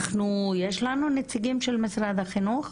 יש לנו נציגים של משרד החינוך?